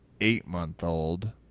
eight-month-old